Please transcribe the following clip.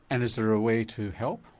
and is there a way to help?